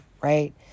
right